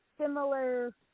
similar